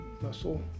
muscle